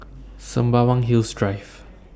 Sembawang Hills Drive